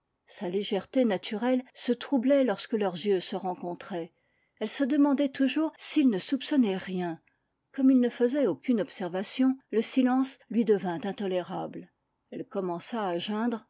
sa légèreté naturelle se troublait lorsque leurs yeux se rencontraient elle se demandait toujours s'il ne soupçonnait rien gomme il ne faisait aucune observation le silence lui devint intolérable elle commença à geindre